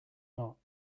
not